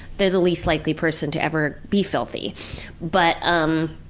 they're the least likely person to ever be filthy but um,